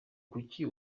kuki